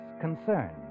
concern